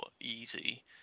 easy